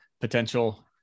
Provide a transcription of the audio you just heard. potential